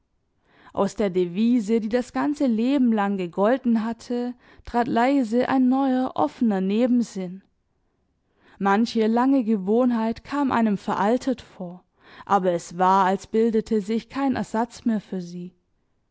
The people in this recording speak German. aus der devise die das ganze leben lang gegolten hatte trat leise ein neuer offener nebensinn manche lange gewohnheit kam einem veraltet vor aber es war als bildete sich kein ersatz mehr fur sie